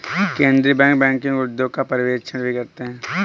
केन्द्रीय bank banking उद्योग का पर्यवेक्षण भी करते हैं